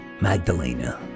Magdalena